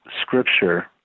Scripture